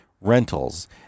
rentals